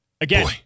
again